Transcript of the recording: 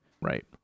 Right